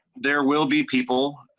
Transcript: there will be people.